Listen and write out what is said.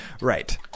Right